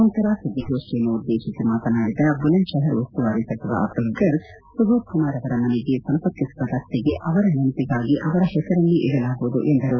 ನಂತರ ಸುದ್ಲಿಗೋಷ್ನಿಯನ್ನು ಉದ್ಲೇತಿಸಿ ಮಾತನಾಡಿದ ಬುಲಂದ್ ಶಪರ್ ಉಸ್ತುವಾರಿ ಸಚಿವ ಅತುಲ್ ಗರ್ಗ್ ಸುಜೋಧ್ ಕುಮಾರ್ ಅವರ ಮನೆಗೆ ಸಂಪರ್ಕಿಸುವ ರಸ್ತೆಗೆ ಅವರ ನೆನಪಿಗಾಗಿ ಅವರ ಹೆಸರನ್ನೇ ಇಡಲಾಗುವುದು ಎಂದರು